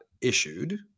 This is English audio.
issued